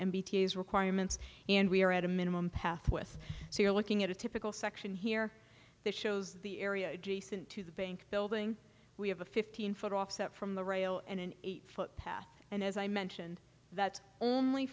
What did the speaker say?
is requirements and we are at a minimum path with so you're looking at a typical section here that shows the area adjacent to the bank building we have a fifteen foot offset from the rail and an eight foot path and as i mentioned that only